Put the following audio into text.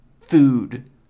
food